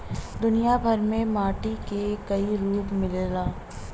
दुनिया भर में मट्टी के कई रूप मिलला